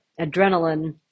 adrenaline